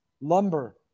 lumber